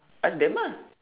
ask them ah